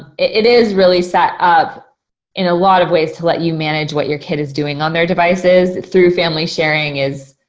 it is really set up in a lot of ways to let you manage what your kid is doing on their devices. through family sharing is,